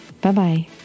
Bye-bye